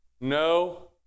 No